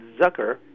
Zucker